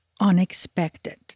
unexpected